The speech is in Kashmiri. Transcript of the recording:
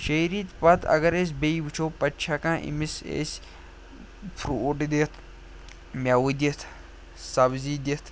شیٚیہِ ریٚتۍ پتہٕ اگر أسۍ بیٚیہِ وٕچھو پَتہٕ چھِ ہٮ۪کان أمِس أسۍ فرٛوٗٹ دِتھ مٮ۪وٕ دِتھ سبزی دِتھ